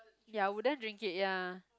ya I wouldn't drink it ya